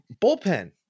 bullpen